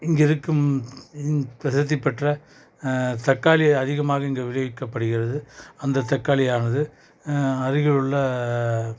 இங்கே இருக்கும் பிரசத்தி பெற்ற தக்காளி அதிகமாக இங்கே விலை விற்கப்படுகிறது அந்தத் தக்காளி ஆனது அருகிலுள்ள